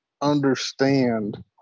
understand